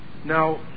Now